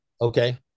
Okay